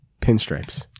Pinstripes